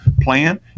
plan